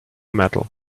metal